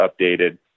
updated